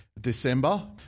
December